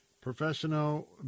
professional